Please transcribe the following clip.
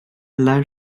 lawr